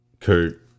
Kurt